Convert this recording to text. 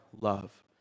love